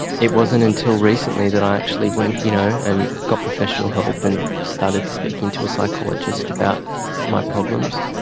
it wasn't until recently that i actually went you know and got professional help and started speaking to a psychologist about my problems.